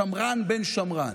שמרן בן שמרן,